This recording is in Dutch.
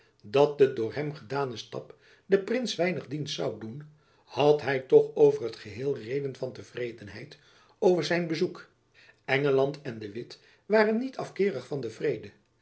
dat de door hem gedane stap den prins weinig dienst zoû doen had hy toch over t geheel reden van tevredenheid over zijn bezoek engeland en de witt waren niet afkeerig van den vrede